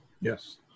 Yes